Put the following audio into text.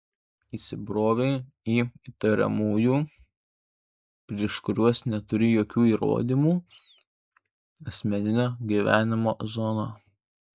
įsibrovei į įtariamųjų prieš kuriuos neturi jokių įrodymų asmeninio gyvenimo zoną